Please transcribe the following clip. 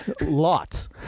Lots